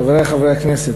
חברי חברי הכנסת,